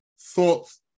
thoughts